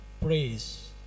praise